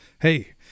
Hey